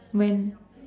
when